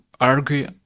argue